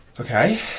Okay